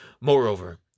Moreover